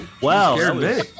Wow